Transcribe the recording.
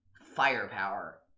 firepower